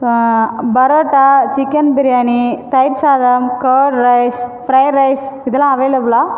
parotta chicken biryani தயிர் சாதம் curd rice fried rice இதெல்லாம் அவைலபிளா